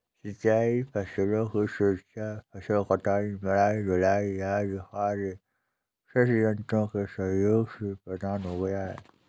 सिंचाई फसलों की सुरक्षा, फसल कटाई, मढ़ाई, ढुलाई आदि कार्य कृषि यन्त्रों के सहयोग से आसान हो गया है